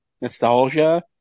Nostalgia